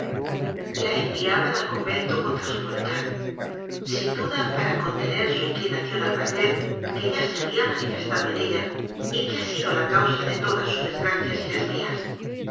la enviaban al convento contra su voluntad sin duda para contener su inclina ción al placer que ya se había manifestado en ella y que ha sido la causa de todas sus desgra cias y las mías